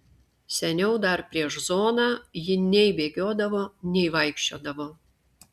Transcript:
seniau dar prieš zoną ji nei bėgiodavo nei vaikščiodavo